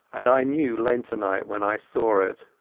and i knew lentonite when i saw it.